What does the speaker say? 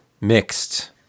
Mixed